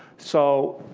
so